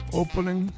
opening